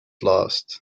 lost